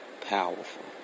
powerful